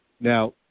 Now